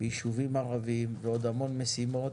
ביישובים ערביים ועוד המון משימות.